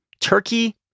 Turkey